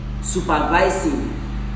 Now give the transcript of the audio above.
supervising